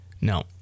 No